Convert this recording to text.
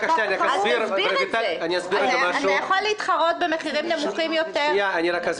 אסור לי לתת שירותים שהם לא בסל הבריאות